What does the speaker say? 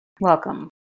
welcome